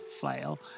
flail